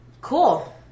Cool